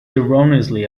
erroneously